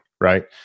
right